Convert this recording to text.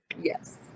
yes